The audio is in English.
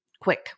quick